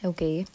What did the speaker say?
Okay